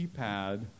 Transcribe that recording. keypad